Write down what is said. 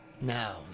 Now